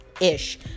ish